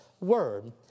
Word